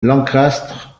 lancastre